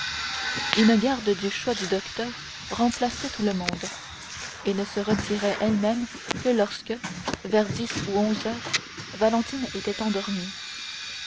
une garde du choix du docteur remplaçait tout le monde et ne se retirait elle-même que lorsque vers dix ou onze heures valentine était endormie